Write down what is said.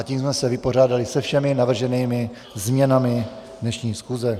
Tím jsme se vypořádali se všemi navrženými změnami dnešní schůze.